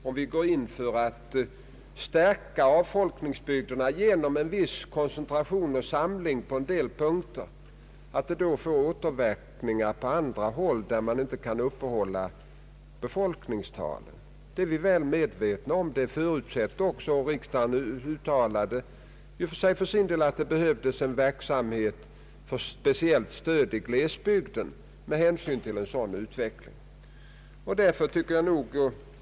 Om vi går in för att stärka avfolkningsbygderna genom en viss koncentration och samling på en del punkter, får det givetvis återverkningar på andra håll, där befolkningstalen inte kan upprätthållas. Det är vi väl medvetna om. Det förutsatte också riksdagen när den uttalade, att det med hänsyn till en sådan utveckling behövdes ett speciellt stöd åt glesbygderna.